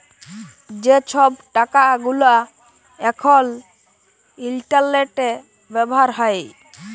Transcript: যে ছব টাকা গুলা এখল ইলটারলেটে ব্যাভার হ্যয়